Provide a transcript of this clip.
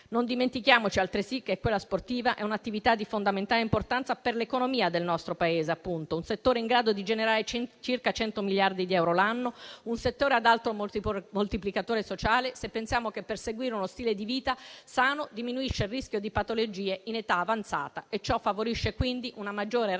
Non dimentichiamoci altresì che quella sportiva è un'attività di fondamentale importanza per l'economia del nostro Paese, un settore in grado di generare circa 100 miliardi di euro l'anno e ad alto moltiplicatore sociale, se pensiamo che perseguire uno stile di vita sano diminuisce il rischio di patologia in età avanzata, e ciò favorisce quindi una maggior razionalizzazione